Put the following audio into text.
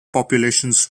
populations